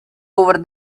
over